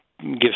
give